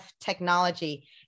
technology